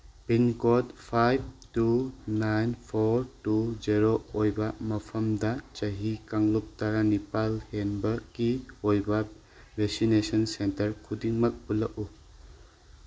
pincode five two nine four two zero ꯑꯣꯏꯕ ꯃꯐꯝꯗ ꯆꯍꯤ ꯀꯥꯡꯂꯨꯞ ꯇꯔꯥꯅꯤꯄꯥꯜ ꯍꯦꯟꯕꯀꯤ ꯑꯣꯏꯕ ꯚꯦꯁꯤꯟꯅꯦꯁꯟ ꯁꯦꯟꯇꯔ ꯈꯨꯗꯤꯡꯃꯛ ꯎꯠꯂꯛꯎ